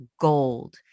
gold